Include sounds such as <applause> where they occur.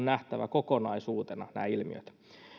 <unintelligible> nähtävä kokonaisuutena